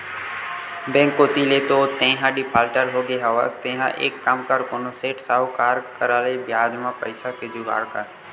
bank कोती ले तो तेंहा डिफाल्टर होगे हवस तेंहा एक काम कर कोनो सेठ, साहुकार करा ले बियाज म पइसा के जुगाड़ कर